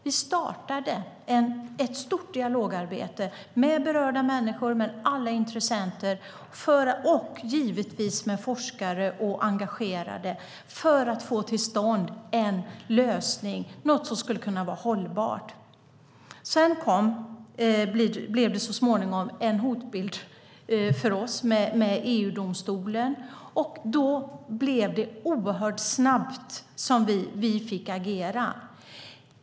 Vi startade ett stort dialogarbete med berörda människor och alla intressenter och givetvis med forskare och andra engagerade för att få till stånd en lösning - något som skulle kunna vara hållbart. Sedan blev det så småningom en hotbild för oss i och med EU-domstolen. Då fick vi agera oerhört snabbt.